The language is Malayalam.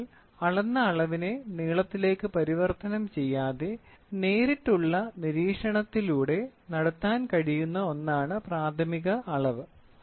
അതിനാൽ അളന്ന അളവിനെ നീളത്തിലേക്ക് പരിവർത്തനം ചെയ്യാതെ നേരിട്ടുള്ള നിരീക്ഷണത്തിലൂടെ നടത്താൻ കഴിയുന്ന ഒന്നാണ് പ്രാഥമിക അളവ്